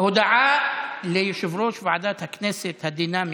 הודעה ליושב-ראש ועדת הכנסת הדינמי,